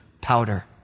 powder